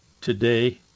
today